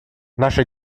наша